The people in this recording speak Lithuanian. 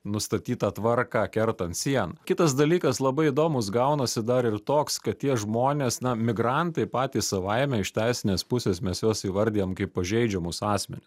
nustatytą tvarką kertant sieną kitas dalykas labai įdomus gaunasi dar ir toks kad tie žmonės na migrantai patys savaime iš teisinės pusės mes juos įvardijam kaip pažeidžiamus asmenis